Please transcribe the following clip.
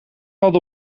hadden